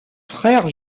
frère